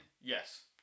Yes